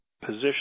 position